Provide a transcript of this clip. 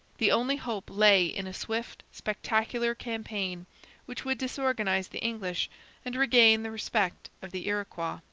the only hope lay in a swift, spectacular campaign which would disorganize the english and regain the respect of the iroquois.